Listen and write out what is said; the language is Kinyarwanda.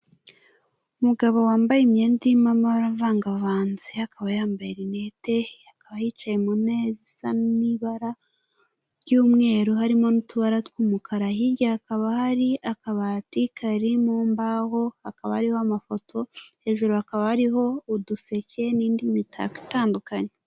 Umugabo wambaye imyenda y'ama amara avangavanze, akaba yambaye linete, akaba yicaye mu meza asa n'ibara ry'umweru harimo n'utubara tw'umukara, hirya hakaba hari akabati kari mu mbaho hakaba ariho amafoto, hejuru hakaba hariho uduseke n'indi mitako itandukanye.